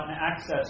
access